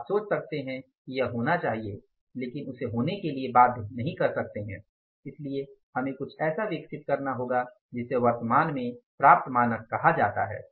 आप सोच सकते हैं कि यह होना चाहिए लेकिन उसे होने के लिए बाध्य नहीं कर सकते हैं इसलिए हमें कुछ ऐसा विकसित करना होगा जिसे वर्तमान में प्राप्त मानक कहा जाता है